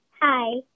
Hi